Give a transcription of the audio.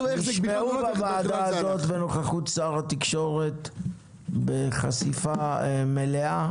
הדברים שלך נשמעו בוועדה הזאת בנוכחות שר התקשורת בחשיפה מלאה